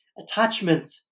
attachment